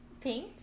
Pink